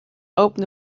opened